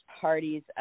parties